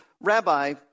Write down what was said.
Rabbi